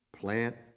Plant